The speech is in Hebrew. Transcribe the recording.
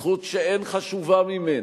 זכות שאין חשובה ממנה.